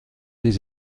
des